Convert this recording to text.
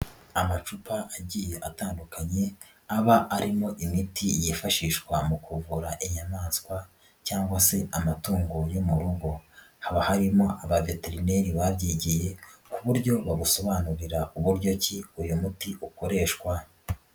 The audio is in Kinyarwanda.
Amacupa agiye atandukanye aba arimo imiti yifashishwa mu kuvura inyamaswa cyangwa se amatungo yo mu rugo, haba harimo abaveterineri babyigiye ku buryo bagusobanurira uburyo ki uyu muti ukoreshwa.